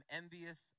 envious